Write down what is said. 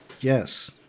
Yes